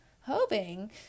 hoping